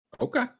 Okay